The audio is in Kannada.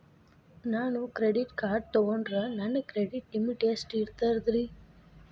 ನಾನು ಕ್ರೆಡಿಟ್ ಕಾರ್ಡ್ ತೊಗೊಂಡ್ರ ನನ್ನ ಕ್ರೆಡಿಟ್ ಲಿಮಿಟ್ ಎಷ್ಟ ಇರ್ತದ್ರಿ?